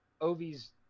Ovi's